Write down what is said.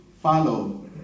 follow